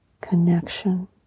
connection